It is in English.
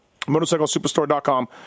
MotorcycleSuperstore.com